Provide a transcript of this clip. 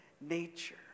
nature